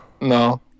No